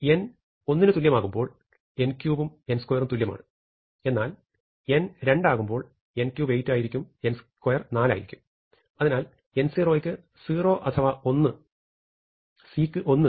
അതിനാൽ n1 ആകുമ്പോൾ n3ഉം n2ഉം തുല്യമാണ് എന്നാൽ n2 ആകുമ്പോൾ n3 8 ആയിരിക്കും n2 4 ആയിരിക്കും അതിനാൽ n0ക്ക് 0 അഥവാ1 cക്ക് 1 എന്നിങ്ങനെ വിലകൾ നൽകിയാൽ നമുക്ക് ഇത് സ്ഥാപിക്കാം